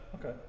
Okay